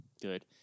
good